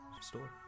store